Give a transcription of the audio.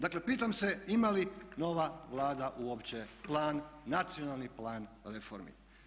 Dakle, pitam se ima li nova Vlada uopće plan, nacionalni plan reformi?